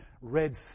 red